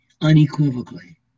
unequivocally